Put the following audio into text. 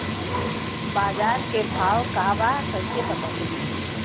बाजार के भाव का बा कईसे पता चली?